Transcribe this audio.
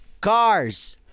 Cars